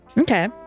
okay